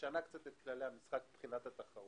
משנה קצת את כללי המשחק מבחינת התחרות.